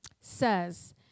says